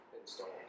installed